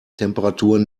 temperaturen